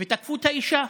ותקפו את האישה.